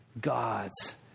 God's